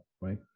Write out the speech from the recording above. right